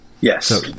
yes